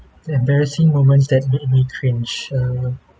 the embarrassing moments that made me cringe err